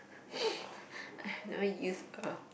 I have never used a